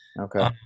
okay